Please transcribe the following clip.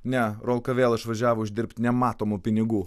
ne rolka vėl išvažiavo uždirbt nematomų pinigų